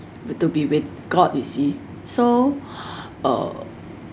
be to be with god you see so uh